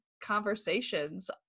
conversations